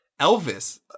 elvis